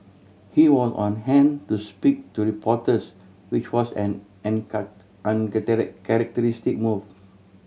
he was on hand to speak to reporters which was an characteristic moves